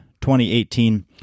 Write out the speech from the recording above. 2018